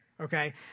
okay